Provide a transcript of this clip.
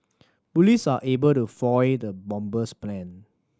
police were able to foil the bomber's plan